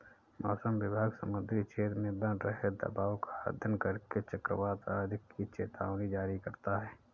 मौसम विभाग समुद्री क्षेत्र में बन रहे दबाव का अध्ययन करके चक्रवात आदि की चेतावनी जारी करता है